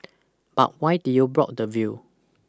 but why did you block the view